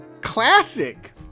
Classic